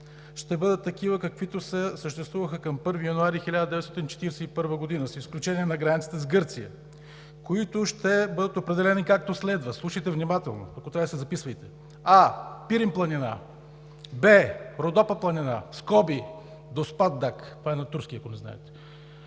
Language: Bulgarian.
ще бъдат такива, каквито съществуваха към 1 януари 1941 г., с изключение на границата с Гърция, които ще бъдат определени, както следва – слушайте внимателно, ако трябва, си записвайте: а) Пирин планина; б) Родопа планина (Доспат Даг) – това е на турски, ако не знаете;